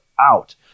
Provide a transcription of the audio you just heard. out